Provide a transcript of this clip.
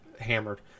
hammered